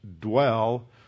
dwell